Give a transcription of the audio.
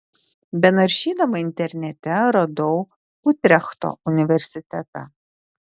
benaršydama internete radau utrechto universitetą